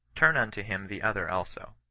turn unto him the other also.